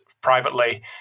privately